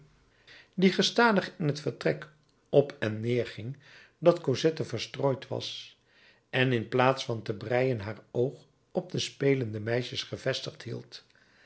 die gestadig in t vertrek op en neer ging dat cosette verstrooid was en in plaats van te breien haar oog op de spelende meisjes gevestigd hield